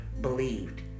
believed